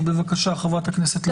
בבקשה, חברת הכנסת לסקי.